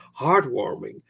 Heartwarming